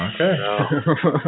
Okay